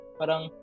parang